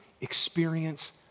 experience